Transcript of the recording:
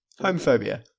Homophobia